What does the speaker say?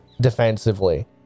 defensively